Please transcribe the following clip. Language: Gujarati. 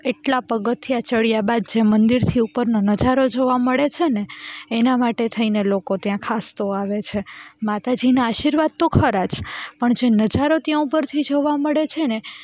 એટલાં પગથિયાં ચડ્યા બાદ જે મંદિરથી ઉપરનો નજારો જોવા મળે છે ને એના માટે થઈને લોકો ત્યાં ખાસ તો આવે છે માતાજીના આશીર્વાદ તો ખરા જ પણ જે નજરો ત્યાં ઉપરથી જોવા મળે છે ને